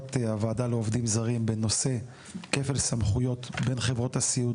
ישיבת הוועדה לעובדים זרים בנושא כפל סמכויות בין חברות הסיעוד